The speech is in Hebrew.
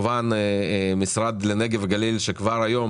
וכמובן המשרד לנגב וגליל שכבר היום